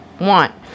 want